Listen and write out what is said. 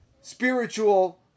spiritual